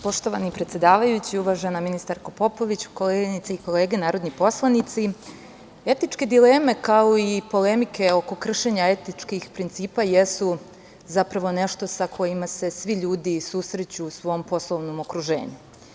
Poštovani predsedavajući, uvažena ministarko Popović, koleginice i kolege narodni poslanici, etičke dileme, kao i polemike oko kršenja etičkih principa jesu zapravo nešto sa čime se svi ljudi susreću u svom poslovnom okruženju.